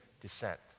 descent